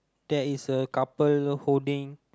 there is a couple holding